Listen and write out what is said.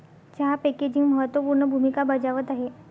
चहा पॅकेजिंग महत्त्व पूर्ण भूमिका बजावत आहे